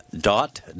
dot